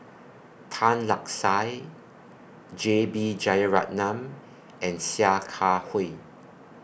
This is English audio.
Tan Lark Sye J B Jeyaretnam and Sia Kah Hui